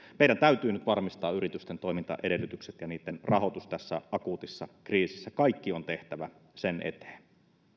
meidän täytyy nyt varmistaa yritysten toimintaedellytykset ja niitten rahoitus tässä akuutissa kriisissä kaikki on tehtävä sen eteen